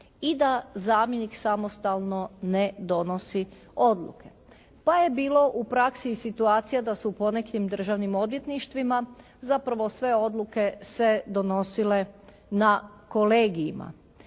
i da zamjenik samostalno ne donosi odluke. Pa je bilo u praksi i situacija da su u ponekim državnim odvjetništvima zapravo sve odluke se odnosile na kolegijima